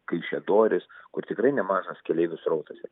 kaišiadorys kur tikrai nemažas keleivių srautasyra